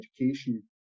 education